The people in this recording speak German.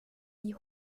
die